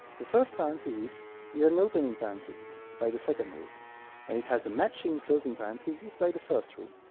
the first parenthesis is an opening parenthesis by the second rule, and it has a matching closing parenthesis by the first rule.